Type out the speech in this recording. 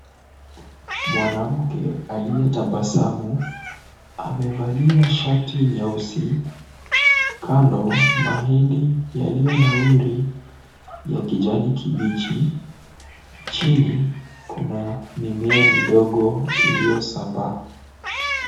Mwanamke aliyetabasamu amevalia shati nyeusi, kando mahindi yaliyonawiri ya kijani kibichi, chini kuna mimea midogo iliyosambaa.